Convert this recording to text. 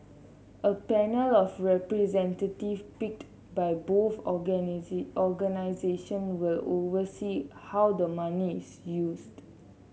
a panel of representatives picked by both organisation will oversee how the money is used